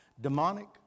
demonic